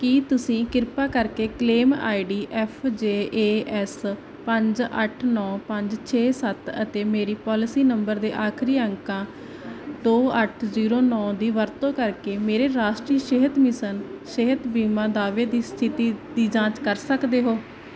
ਕੀ ਤੁਸੀਂ ਕਿਰਪਾ ਕਰਕੇ claim ID F J A S ਪੰਜ ਅੱਠ ਨੌਂ ਪੰਜ ਛੇ ਸੱਤ ਅਤੇ ਮੇਰੇ ਪਾਲਿਸੀ ਨੰਬਰ ਦੇ ਆਖਰੀ ਅੰਕਾਂ ਦੋ ਅੱਠ ਜ਼ੀਰੋ ਨੌਂ ਦੀ ਵਰਤੋਂ ਕਰਕੇ ਮੇਰੇ ਰਾਸ਼ਟਰੀ ਸਿਹਤ ਮਿਸ਼ਨ ਸਿਹਤ ਬੀਮਾ ਦਾਅਵੇ ਦੀ ਸਥਿਤੀ ਦੀ ਜਾਂਚ ਕਰ ਸਕਦੇ ਹੋ